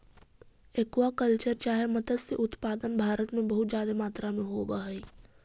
aqua culture चाहे मत्स्य उत्पादन भारत में बहुत जादे मात्रा में होब हई